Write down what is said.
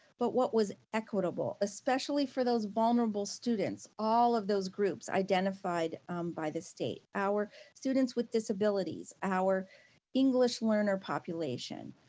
but what was equitable, especially for those vulnerable students. all of those groups identified by the state, our students with disabilities, our english learner population,